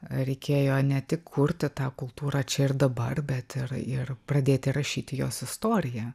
reikėjo ne tik kurti tą kultūrą čia ir dabar bet ir ir pradėti rašyti jos istoriją